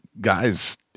guys